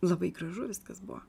labai gražu viskas buvo